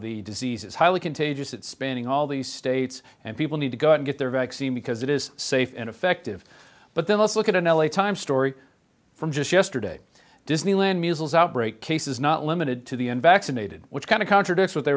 the disease is highly contagious it's spanning all these states and people need to go and get their vaccine because it is safe and effective but then let's look at an l a times story from just yesterday disneyland musicals outbreak cases not limited to the n vaccinated which kind of contradicts what they